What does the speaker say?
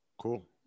cool